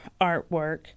artwork